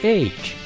age